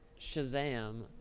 Shazam